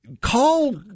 call